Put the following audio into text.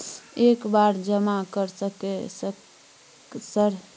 एक बार जमा कर सके सक सर?